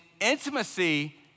intimacy